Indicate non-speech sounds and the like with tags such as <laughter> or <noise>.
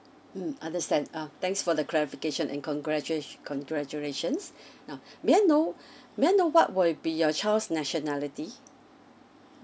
mm understand uh thanks for the clarification and congratul~ congratulations <breath> now <breath> may I know <breath> may I know what would be your child's nationality